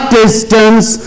distance